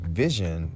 vision